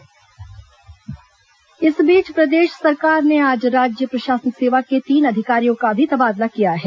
तबादला इस बीच प्रदेश सरकार ने आज राज्य प्रशासनिक सेवा के तीन अधिकारियों का भी तबादला किया है